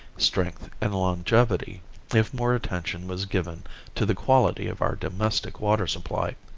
strength and longevity if more attention was given to the quality of our domestic water supply.